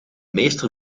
meester